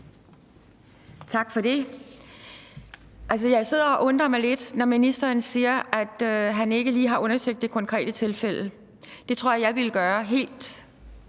Tak for det. Altså, jeg sidder og undrer mig lidt, når ministeren siger, at han ikke lige har undersøgt det konkrete tilfælde. Det tror jeg helt klart at